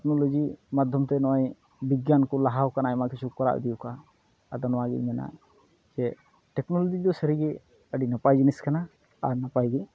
technology ᱢᱟᱫᱽᱫᱷᱚᱢᱛᱮ ᱱᱚᱜᱼᱚᱭ ᱵᱤᱜᱽᱜᱟᱱᱠᱚ ᱞᱟᱦᱟᱣᱠᱟᱱᱟ ᱟᱭᱢᱟ ᱠᱤᱪᱷᱩ ᱠᱚ ᱠᱚᱨᱟᱣ ᱤᱫᱤᱭᱟᱠᱟᱫᱟ ᱟᱫᱚ ᱱᱚᱣᱟᱜᱤᱧ ᱢᱮᱱᱟ ᱡᱮ ᱴᱮᱠᱱᱳᱞᱚᱡᱤ ᱫᱚ ᱥᱟᱹᱨᱤᱜᱮ ᱟᱹᱰᱤ ᱱᱟᱯᱟᱭ ᱡᱤᱱᱤᱥ ᱠᱟᱱᱟ ᱟᱨ ᱱᱟᱯᱟᱭ ᱜᱮᱭᱟ